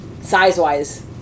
size-wise